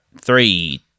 three